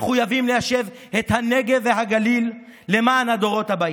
מחויבים ליישב את הנגב והגליל למען הדורות הבאים.